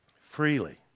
freely